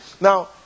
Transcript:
Now